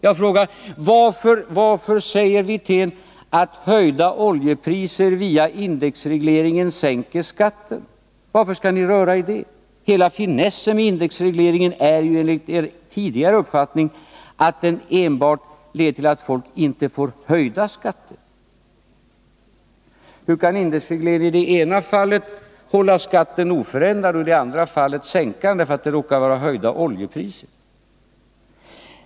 Jag frågar: Varför säger Rolf Wirtén att höjda oljepriser via indexregleringen sänker skatten? Varför skall ni röra i indexsystemet? Hela finessen med indexregleringen är ju, enligt er tidigare uppfattning, att den enbart leder till att folk inte får höjda skatter. Hur kan indexregleringen i det ena fallet hålla skatten oförändrad och i det andra fallet sänka den därför att det råkar vara oljepriserna som har höjts?